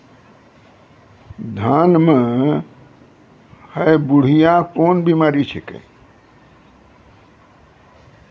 धान म है बुढ़िया कोन बिमारी छेकै?